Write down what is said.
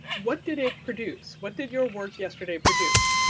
what did it produce? what did your work yesterday produce?